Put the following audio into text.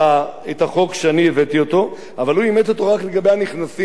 הוא אימץ אותו רק לגבי הנכנסים מכאן ולהבא,